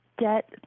debt